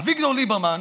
אביגדור ליברמן